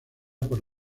por